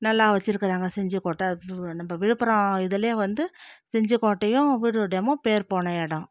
நல்லா வச்சுருக்குறாங்க செஞ்சிக்கோட்டை நம்ப விழுப்புரம் இதுலையே வந்து செஞ்சிக்கோட்டையும் வீடூர் டேமும் பேர் போன இடம்